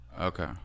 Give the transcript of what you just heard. Okay